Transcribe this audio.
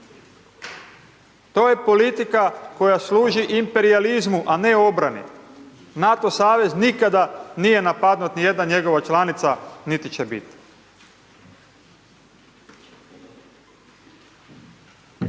To je politika koja služi imperijalizmu, a ne obrani. NATO savez nikada nije napadnut, nijedna njegova članica niti će biti.